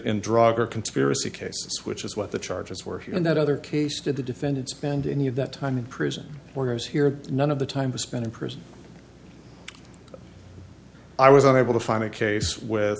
in drug or conspiracy cases which is what the charges were in that other case did the defendant spend any of that time in prison or has here none of the time spent in prison i was unable to find a case with